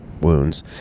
wounds